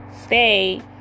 Stay